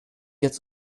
jetzt